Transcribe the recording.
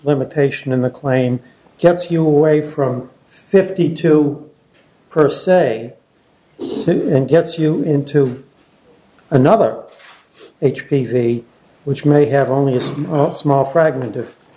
limitation in the claim gets you way from fifty two per se and gets you into another h p v which may have only a small fragment of